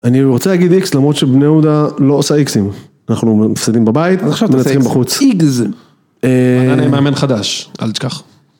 אני רוצה להגיד איקס למרות שבני יהודה לא עושה איקסים אנחנו מפסידים בבית אז עכשיו מנצחים בחוץ. מאמן חדש אל תשכח.